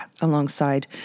alongside